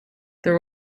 there